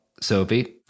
sophie